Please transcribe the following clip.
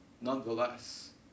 nonetheless